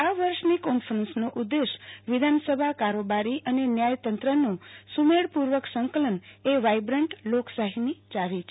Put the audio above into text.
આ વર્ષની કોન્ફરન્સનો ઉદેશ વિધાનસભા કારોબારી અને ન્યાયતંત્રનો સૂમેળપૂર્વક સંકલન એ વાઈબ્રન્ટ લોકશાહીની ચાવી છે